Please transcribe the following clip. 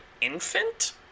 infant